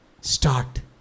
Start